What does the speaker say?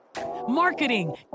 marketing